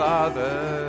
Father